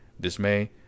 dismay